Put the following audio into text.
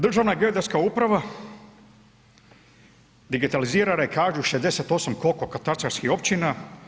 Državna geodetska uprava digitalizirala je, kažu, 68, koliko, katastarskih općina.